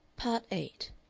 part eight